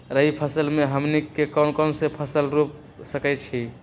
रबी फसल में हमनी के कौन कौन से फसल रूप सकैछि?